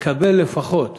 לקבל לפחות